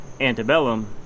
Antebellum